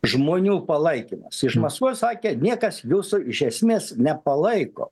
žmonių palaikymas iš maskvos sakė niekas jūsų iš esmės nepalaiko